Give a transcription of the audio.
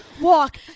walk